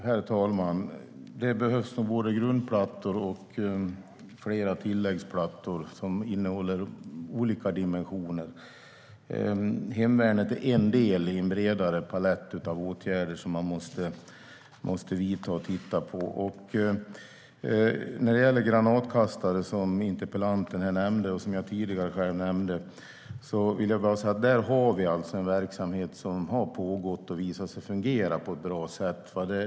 Herr talman! Det behövs nog både grundplattor och flera tilläggsplattor som innehåller olika dimensioner. Hemvärnet är en del i en bredare palett av åtgärder som måste vidtas. Interpellanten och jag har tidigare nämnt granatkastare. En verksamhet har pågått en tid och har visat sig fungera bra.